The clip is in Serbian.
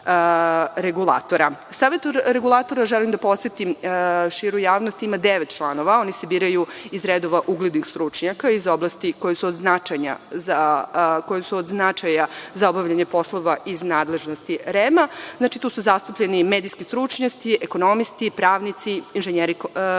regulatora, želim da podsetim širu javnost, ima devet članova. Oni se biraju iz redova uglednih stručnjaka iz oblasti koje su od značaja za obavljanje poslova iz nadležnosti REM. Znači, tu su zastupljeni medijski stručnjaci, ekonomisti, pravnici, inženjeri